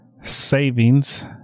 savings